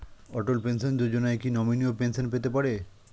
অটল pension Yojana কি নমনীয় pension পেতে পারে?